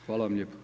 Hvala vam lijepo.